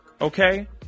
okay